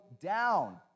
down